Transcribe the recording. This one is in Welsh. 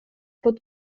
bod